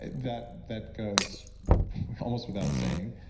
that that goes almost without saying,